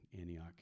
Antioch